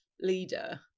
leader